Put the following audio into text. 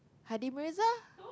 Hardy-Mirza